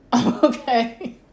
Okay